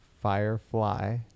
Firefly